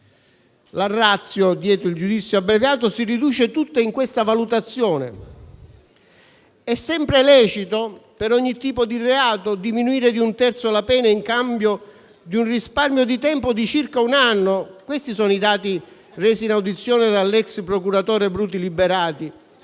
La *ratio* dietro al giudizio abbreviato si riduce tutta in questa valutazione: è sempre lecito, per ogni tipo di reato, diminuire di un terzo la pena in cambio di un risparmio di tempo di circa un anno? Questi sono i dati resi in audizione dal procuratore Bruti Liberati.